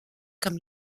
comme